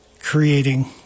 Creating